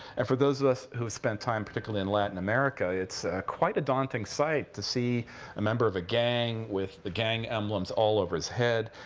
and for those of us who have spent time, particularly, in latin america, it's quite a daunting sight to see a member of a gang, with the gang emblems all over his head,